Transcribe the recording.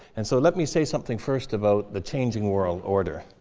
and so let me say something first about the changing world order.